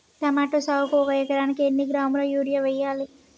Tomato సాగుకు ఒక ఎకరానికి ఎన్ని కిలోగ్రాముల యూరియా వెయ్యాలి?